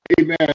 amen